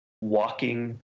walking